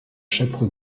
schätze